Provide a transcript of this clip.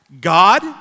God